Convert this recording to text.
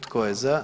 Tko je za?